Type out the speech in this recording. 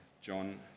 John